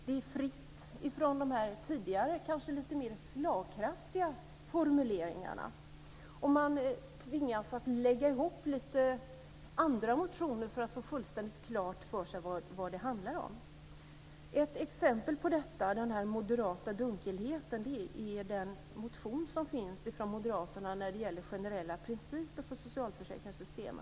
Det är fritt från de tidigare kanske lite mer slagkraftiga formuleringarna. Man tvingas att lägga ihop från andra motioner för att få fullständigt klart för sig vad det handlar om. Ett exempel på den moderata dunkelheten är den motion som finns från moderaterna om generella principer för socialförsäkringssystem.